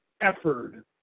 effort